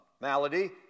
malady